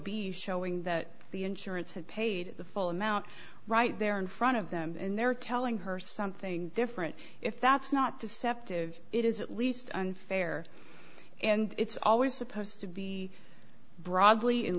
p showing that the insurance had paid the full amount right there in front of them and they're telling her something different if that's not deceptive it is at least unfair and it's always supposed to be broadly in